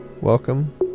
Welcome